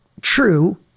true